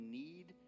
need